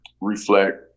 reflect